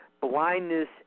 blindness